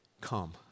come